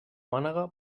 mànega